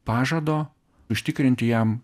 pažado užtikrinti jam